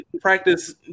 practice